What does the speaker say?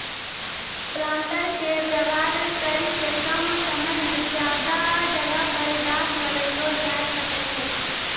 planter के वेवहार करी के कम समय मे ज्यादा जगह पर गाछ लगैलो जाय सकै छै